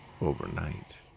overnight